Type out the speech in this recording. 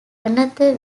another